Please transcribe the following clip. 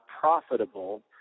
profitable